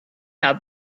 how